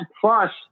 plus